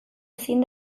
ezin